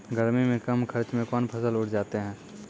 गर्मी मे कम खर्च मे कौन फसल उठ जाते हैं?